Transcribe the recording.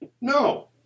No